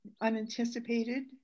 unanticipated